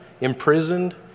imprisoned